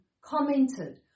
commented